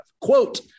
Quote